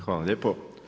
Hvala lijepo.